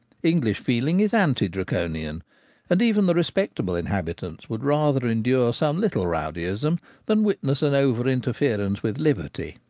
english feeling is anti-draconian and even the respectable inhabitants would rather endure some little rowdyism than witness an over interference with liberty.